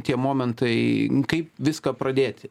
tie momentai kaip viską pradėti